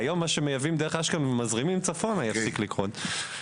כיום מה שמייבאים דרך אשקלון ומזרימים צפונה יפסיק לקרות.